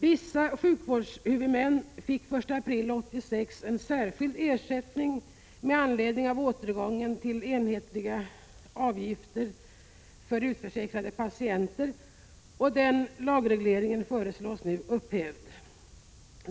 Vissa sjukvårdshuvudmän fick den 1 april 1986 en särskild ersättning med anledning av återgången till enhetliga avgifter för utförsäkrade patienter, och den lagregleringen föreslås nu upphävd.